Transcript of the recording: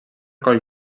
coll